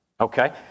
Okay